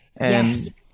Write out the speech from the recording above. Yes